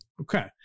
Okay